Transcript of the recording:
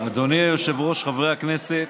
אדוני היושב-ראש, חברי הכנסת,